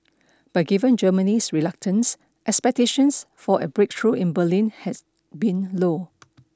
but given Germany's reluctance expectations for a breakthrough in Berlin had been low